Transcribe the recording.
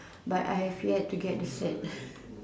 but I have yet to get the cert